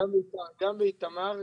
גם באיתמר,